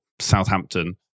Southampton